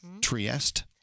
Trieste